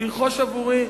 "תרכוש עבורי".